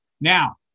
Now